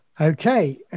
okay